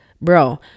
bro